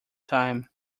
time